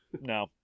No